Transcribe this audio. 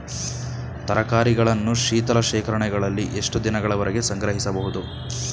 ತರಕಾರಿಗಳನ್ನು ಶೀತಲ ಶೇಖರಣೆಗಳಲ್ಲಿ ಎಷ್ಟು ದಿನಗಳವರೆಗೆ ಸಂಗ್ರಹಿಸಬಹುದು?